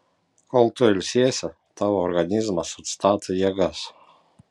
kol tu ilsiesi tavo organizmas atstato jėgas